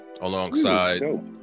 alongside